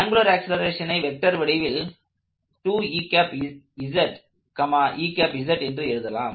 angular ஆக்ஸலரேஷனை vector வடிவில் என்று எழுதலாம்